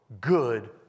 good